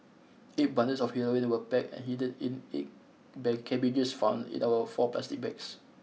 eight bundles of heroin were packed and hidden in eight bake cabbages found in the four plastic bags